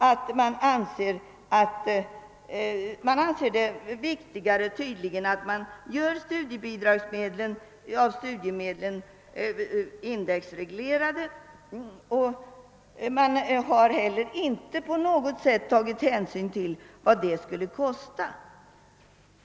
De anser det tydligen viktigare att studicbidragen görs indexreglerade, men de har inte på något sätt tagit hänsyn lil! vad detta skulle kosta.